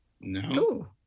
No